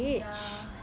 ya